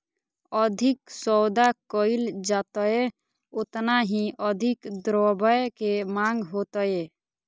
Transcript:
अधिक सौदा कइल जयतय ओतना ही अधिक द्रव्य के माँग होतय